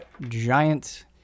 giant